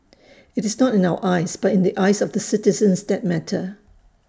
IT is not in our eyes but in the eyes of the citizens that matter